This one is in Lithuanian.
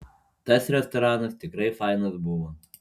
tas restoranas tikrai fainas buvo